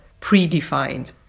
predefined